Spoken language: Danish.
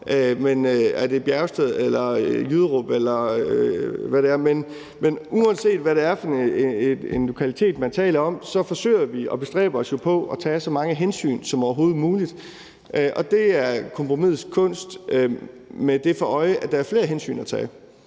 det er Bjergsted eller Jyderup, eller hvad det er – men uanset hvad det er for en lokalitet, man taler om, forsøger vi og bestræber vi os jo på at tage så mange hensyn som overhovedet muligt. Det er kompromisets kunst med det for øje, at der er flere hensyn at tage.